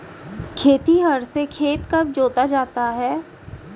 खेतिहर से खेत कब जोता जाता है?